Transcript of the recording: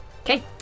Okay